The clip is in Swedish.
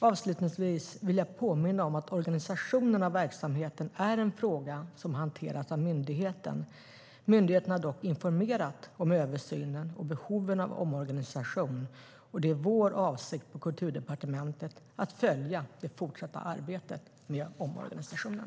Avslutningsvis vill jag påminna om att organisationen av verksamheten är en fråga som hanteras av myndigheten. Myndigheten har dock informerat om översynen och behoven av omorganisation, och det är vår avsikt på Kulturdepartementet att följa det fortsatta arbetet med omorganisationen.